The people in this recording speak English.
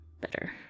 better